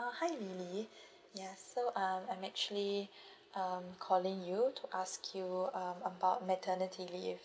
uh hi lily yes so um I'm actually um calling you to ask you um about maternity leave